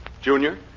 Junior